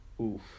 Oof